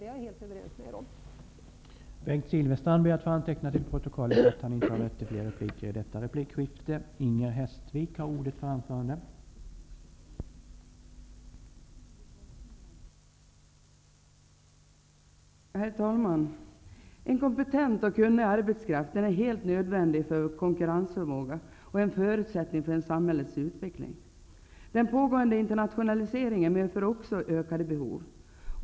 Det är jag helt överens med Bengt Silfverstrand om.